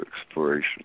exploration